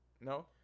no